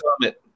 comment